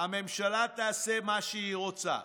תעשה מה שהיא רוצה.